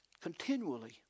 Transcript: Continually